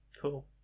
cool